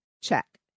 check